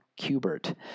Kubert